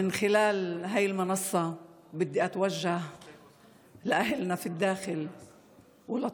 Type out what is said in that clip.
מבמה זו אני רוצה לפנות אל עמנו בתוך הארץ ולסטודנטים